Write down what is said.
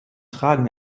tragen